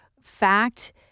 fact